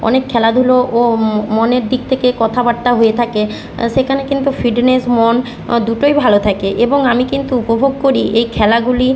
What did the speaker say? অনেক খেলাধুলো ও মনের দিক থেকে কথাবার্তা হয়ে থাকে সেখানে কিন্তু ফিটনেস মন দুটোই ভালো থাকে এবং আমি কিন্তু উপভোগ করি এই খেলাগুলি